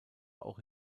auch